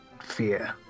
fear